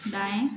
दाएं